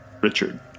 Richard